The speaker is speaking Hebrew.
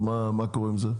אז מה קורה עם זה?